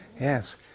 Yes